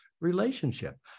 relationship